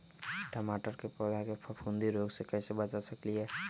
टमाटर के पौधा के फफूंदी रोग से कैसे बचा सकलियै ह?